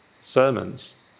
sermons